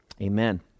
Amen